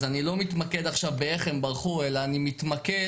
אז אני לא מתמקד עכשיו באיך הם ברחו אלא אני מתמקד